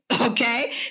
okay